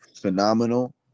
phenomenal